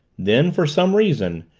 then, for some reason,